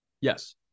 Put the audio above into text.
Yes